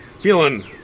feeling